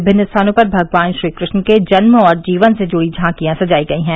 विभिन्न स्थानों पर भगवान श्री कृष्ण के जन्म और जीवन से जुड़ी झांकियां सजाई गई हैं